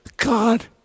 God